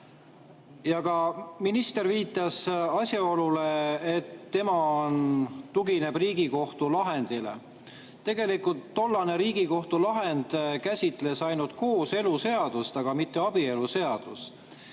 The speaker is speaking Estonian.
Ja ka minister viitas asjaolule, et tema tugineb Riigikohtu lahendile. Tegelikult tollane Riigikohtu lahend käsitles ainult kooseluseadust, mitte abieluseadust.